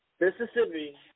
Mississippi